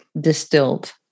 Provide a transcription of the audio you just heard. distilled